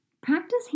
practice